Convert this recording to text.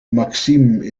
maxime